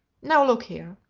now look here.